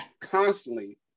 constantly